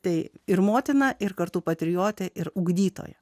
tai ir motina ir kartu patriotė ir ugdytoja